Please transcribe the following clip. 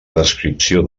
descripció